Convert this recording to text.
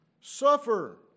Suffer